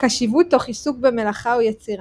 קשיבות תוך עיסוק במלאכה או יצירה